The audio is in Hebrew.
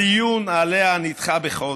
הדיון עליה נדחה בחודש.